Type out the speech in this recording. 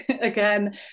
Again